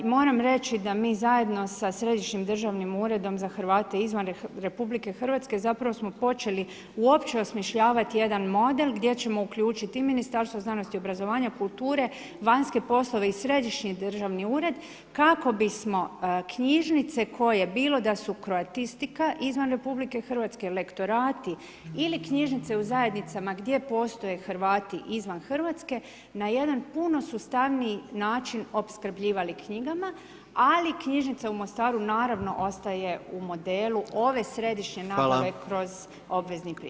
Moram reći da mi zajedno sa Središnjim državnim uredom za Hrvate izvan RH zapravo smo počeli uopće osmišljavati jedan model gdje ćemo uključiti i Ministarstvo znanosti i obrazova, kulture, vanjske poslove i središnji državni ured kako bismo knjižnice koje bilo da su kroatistika izvan RH, lektorati ili knjižnice u zajednicama gdje postoje Hrvati izvan RH na jedan puno sustavniji način opskrbljivali knjigama, ali knjižnica u Mostaru naravno ostaje u modele ove središnje nabave kroz obvezni primjerak.